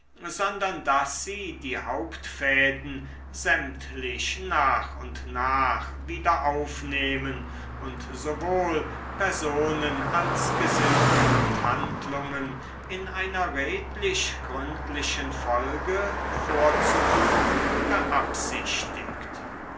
sondern daß sie die hauptfäden sämtlich nach und nach wieder aufzunehmen und sowohl personen als gesinnungen und handlungen in einer redlich gründlichen folge vorzuführen beabsichtigt